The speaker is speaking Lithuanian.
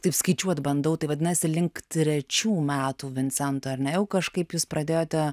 taip skaičiuot bandau tai vadinasi link trečių metų vincento ar ne jau kažkaip jūs pradėjote